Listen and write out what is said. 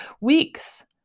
weeks